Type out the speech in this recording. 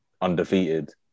undefeated